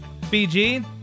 BG